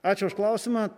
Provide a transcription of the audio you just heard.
ačiū už klausimą